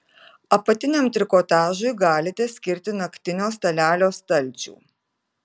apatiniam trikotažui galite skirti naktinio stalelio stalčių